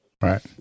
Right